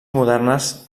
modernes